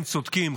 הם צודקים,